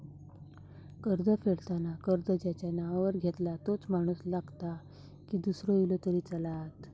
कर्ज फेडताना कर्ज ज्याच्या नावावर घेतला तोच माणूस लागता की दूसरो इलो तरी चलात?